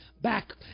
back